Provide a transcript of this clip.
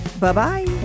Bye-bye